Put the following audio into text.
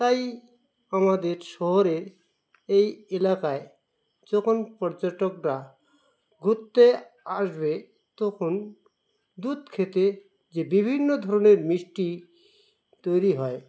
তাই আমাদের শহরে এই এলাকায় যখন পর্যটকরা ঘুরতে আসবে তখন দুধ থেকে যে বিভিন্ন ধরনের মিষ্টি তৈরি হয়